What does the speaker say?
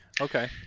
Okay